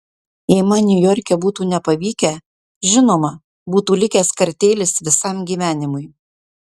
jei man niujorke būtų nepavykę žinoma būtų likęs kartėlis visam gyvenimui